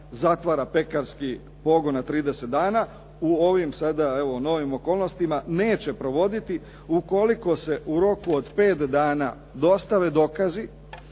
zatvara pekarski pogon na 30 dana u ovim sada evo novim okolnostima neće provoditi u koliko se u roku od 5 dana dostave dokazi